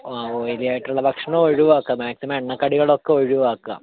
ആ ഓയിലി ആയിട്ടുള്ള ഭക്ഷണം ഒഴിവാക്കുക മാക്സിമം എണ്ണകടികളൊക്കെ ഒഴിവാക്കുക